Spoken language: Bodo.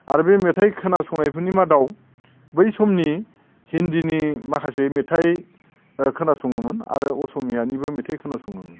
आरो बे मेथाइ खोनासंनायफोरनि मादाव बै समनि हिन्दीनि माखासे मेथाइ खोनासङोमोन आरो असमियानिबो मेथाइ खोनासङोमोन